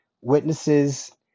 Witnesses